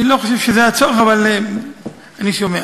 טוב, אני לא חושב שזה הצורך, אבל אני שומע.